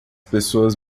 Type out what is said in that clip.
pessoas